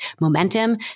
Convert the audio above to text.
momentum